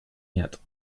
yet